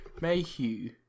Mayhew